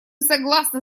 согласны